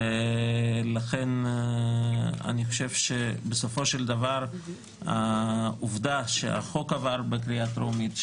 ולכן אני חושב שבסופו של דבר העובדה שהחוק עבר בקריאה טרומית,